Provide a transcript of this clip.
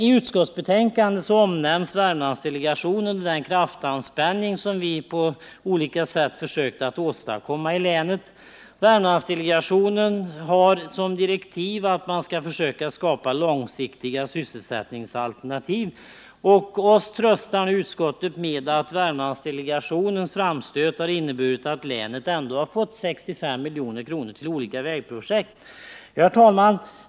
I utskottsbetänkandet omnämns Värmlandsdelegationen och den kraftanspänning som vi på så sätt försökt åstadkomma i länet. Värmlandsdelegationens uppgift skulle enligt direktiven vara att skapa långsiktiga sysselsättningsalternativ. Utskottet tröstar med att delegationens framstötar ändå har inneburit att länet fått 65 milj.kr. till olika vägprojekt. Herr talman!